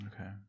Okay